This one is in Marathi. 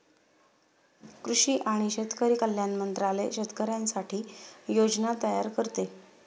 कृषी आणि शेतकरी कल्याण मंत्रालय शेतकऱ्यांसाठी योजना तयार करते